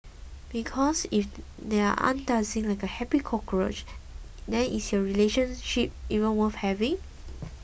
because if they aren't dancing like a happy cockroach then is your relationship even worth having